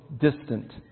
distant